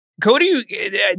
Cody